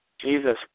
Jesus